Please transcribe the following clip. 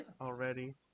already